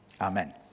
Amen